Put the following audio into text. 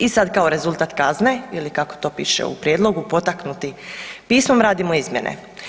I sad kao rezultat kazne ili kako to piše u prijedlogu, potaknuti pismom radimo izmjene.